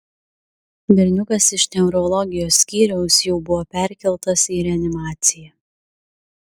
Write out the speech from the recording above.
berniukas iš neurologijos skyriaus jau buvo perkeltas į reanimaciją